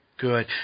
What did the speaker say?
Good